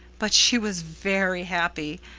but she was very happy,